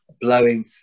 blowing